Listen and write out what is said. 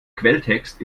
quelltext